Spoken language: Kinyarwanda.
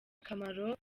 akamaro